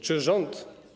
Czy rząd.